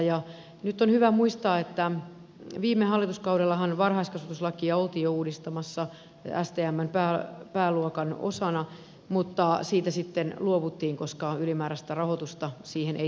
nyt on hyvä muistaa että viime hallituskaudellahan varhaiskasvatuslakia oltiin jo uudistamassa stmn pääluokan osana mutta siitä sitten luovuttiin koska ylimääräistä rahoitusta siihen ei saatu